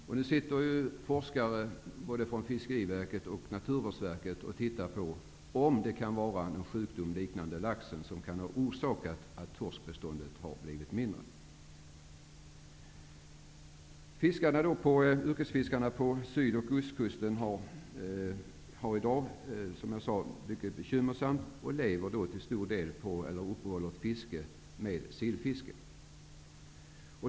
Forskare från både Fiskeriverket och Naturvårdsverket undersöker om det kan vara någon sjukdom, liknande den som har drabbat laxen, som kan ha orsakat att torskbeståndet har minskat. Yrkesfiskarna på syd och ostkusten har i dag, som jag sade, ett mycket bekymmersamt läge. De uppehåller fisket med sillfiske.